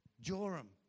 Joram